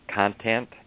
content